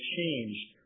changed